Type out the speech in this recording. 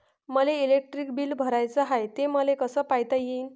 मले electric bill भराचं हाय, ते मले कस पायता येईन?